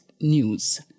news